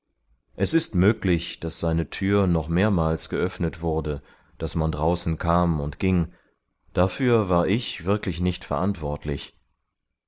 es ist möglich daß seine tür noch mehrmals geöffnet wurde daß man draußen kam und ging dafür war ich wirklich nicht verantwortlich